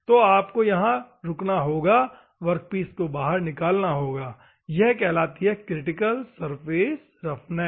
तो आप को यहा रुकना होगा वर्कपीस को बाहर निकालना होगा यह कहलाती है क्रिटिकल सरफेस रफनेस